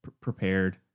prepared